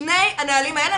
שני הנהלים האלה.